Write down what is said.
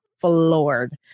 floored